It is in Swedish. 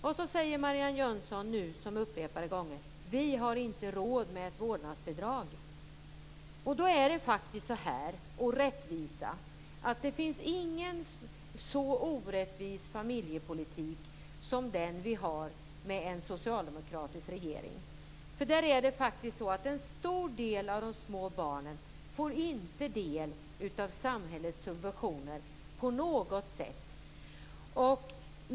Marianne Jönsson säger nu, som vid upprepade tillfällen: Vi har inte råd med ett vårdnadsbidrag. När det gäller rättvisan finns det ingen så orättvis familjepolitik som den vi har med en socialdemokratisk regering. Med den är det faktiskt en stor del av de små barnen som inte får del av samhällets subventioner på något sätt.